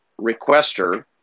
requester